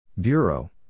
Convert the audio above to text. Bureau